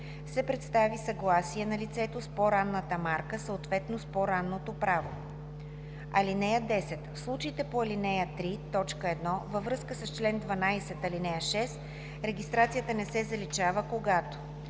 се представи съгласие на лицето с по-ранната марка, съответно с по-ранното право. (10) В случаите по ал. 3, т. 1 във връзка с чл. 12, ал. 6 регистрацията не се заличава, когато: